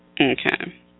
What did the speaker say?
Okay